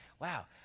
wow